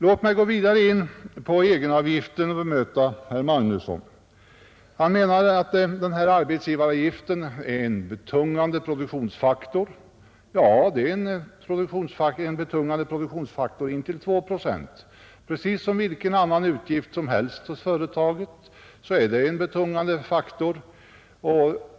Jag skall vidare gå in på egenavgiften och bemöta herr Magnusson i Borås. Han menade att arbetsgivaravgiften är en betungande produktionsfaktor. Ja, den är en betungande produktionsfaktor intill 2 procent, precis som vilken annan utgift som helst för företaget är en betungande faktor.